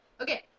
okay